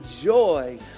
joy